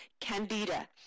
candida